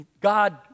God